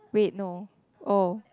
wait no oh